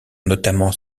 notamment